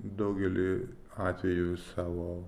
daugelį atvejų savo